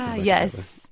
yes.